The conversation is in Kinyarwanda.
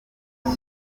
ava